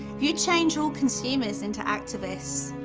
you change all consumers into activists,